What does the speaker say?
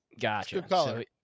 Gotcha